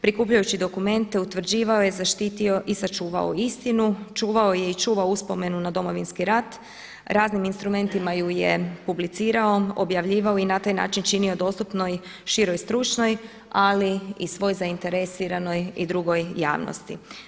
Prikupljajući dokumente utvrđivao je zaštitio i sačuvao istinu, čuvao je i čuva uspomenu na Domovinski rat, raznim instrumentima ju je publicirao, objavljivao i na taj način činio dostupnom širom stručnoj ali i svoj zainteresiranoj i drugoj javnosti.